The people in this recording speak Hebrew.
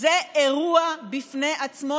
זה אירוע בפני עצמו,